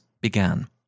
began